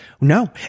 no